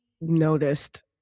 noticed